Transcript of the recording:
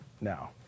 now